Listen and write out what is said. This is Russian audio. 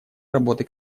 работы